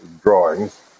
drawings